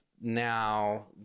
now